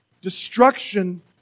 Destruction